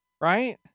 Right